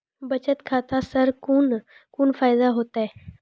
बचत खाता सऽ कून कून फायदा हेतु?